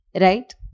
Right